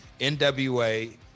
nwa